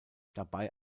dabei